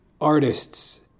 artists